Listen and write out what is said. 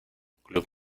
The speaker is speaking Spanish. club